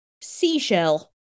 Seashell